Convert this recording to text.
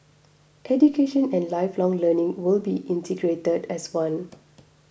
education and lifelong learning will be integrated as one